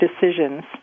decisions